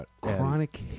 Chronic